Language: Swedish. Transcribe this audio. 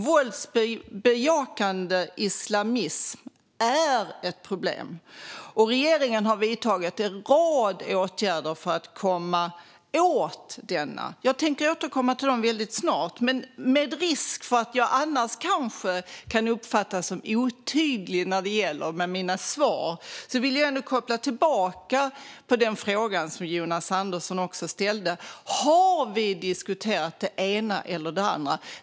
Våldsbejakande islamism är ett problem, och regeringen har vidtagit en rad åtgärder för att komma åt denna. Jag tänkte återkomma till dem väldigt snart, men med risk för att jag annars kan uppfattas som otydlig när det gäller mina svar vill jag ändå koppla tillbaka till den fråga som Jonas Andersson ställde: Har vi diskuterat det ena eller det andra?